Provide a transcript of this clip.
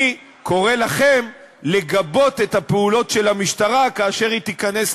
אני קורא לכם לגבות את הפעולות של המשטרה כאשר היא תיכנס ליישובים.